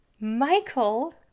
Michael